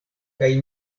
kaj